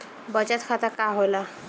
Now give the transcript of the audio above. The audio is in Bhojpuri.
बचत खाता का होला?